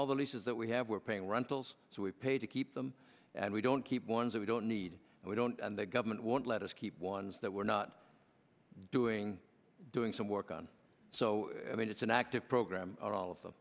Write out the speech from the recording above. all the leases that we have we're paying rentals so we pay to keep them and we don't keep ones we don't need and we don't and the government won't let us keep ones that we're not doing doing some work on so i mean it's an active program on all of them